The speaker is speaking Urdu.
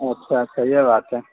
اچّھا اچّھا یہ بات ہے